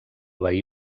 veí